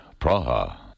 Praha